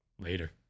later